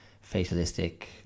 fatalistic